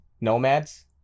nomads